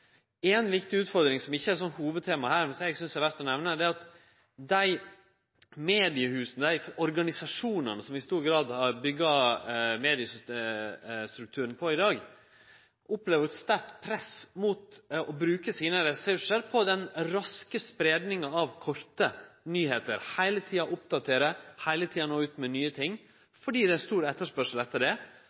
Ei viktig utfordring, som ikkje er hovudtemaet her, men som eg synest det er verd å nemne, er at dei organisasjonane som i stor grad har bygd mediestrukturen, opplever eit sterkt press mot å bruke sine ressursar på den raske spreiinga av korte nyheiter – heile tida å oppdatere og heile tida nå ut med nye ting, fordi det er stor etterspurnad etter det.